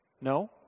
No